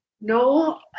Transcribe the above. No